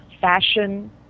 fashion